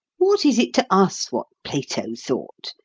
what is it to us what plato thought?